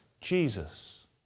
Jesus